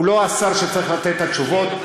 הוא לא השר שצריך לתת את התשובות.